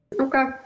Okay